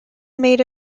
made